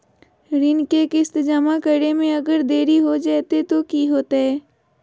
ऋण के किस्त जमा करे में अगर देरी हो जैतै तो कि होतैय?